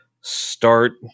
start